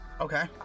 Okay